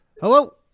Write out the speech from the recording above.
Hello